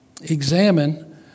examine